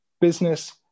business